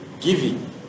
Giving